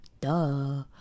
Duh